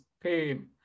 pain